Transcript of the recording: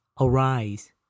arise